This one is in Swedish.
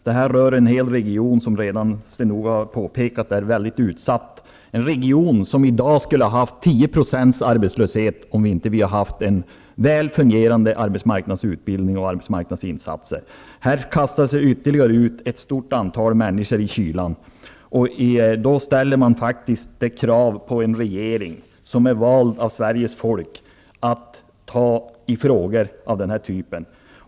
Som Sten-Ove Sundström tidigare har påpekat är detta en region som redan är mycket utsatt, en region där man i dag skulle haft en arbetslöshet på 10 % om vi inte haft en väl fungerande arbetsmarknadsutbildning och gjort arbetsmarknadsinsatser. Här kastas ytterligare ett stort antal människor ut i kylan. Då ställs faktiskt krav på en regering som är vald av Sveriges folk att den tar tag i frågor av den här typen.